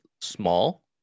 small